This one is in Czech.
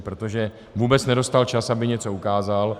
Protože vůbec nedostal čas, aby něco ukázal.